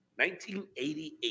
1988